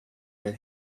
when